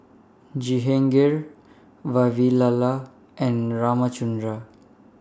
Jehangirr Vavilala and Ramchundra